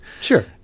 sure